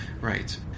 right